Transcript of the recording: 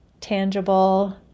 tangible